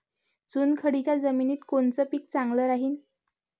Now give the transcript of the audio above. चुनखडीच्या जमिनीत कोनचं पीक चांगलं राहीन?